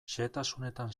xehetasunetan